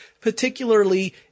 particularly